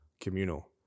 communal